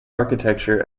architecture